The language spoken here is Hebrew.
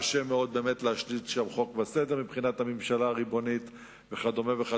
וקשה מאוד להשליט שם חוק וסדר מבחינת הממשלה הריבונית וכדומה.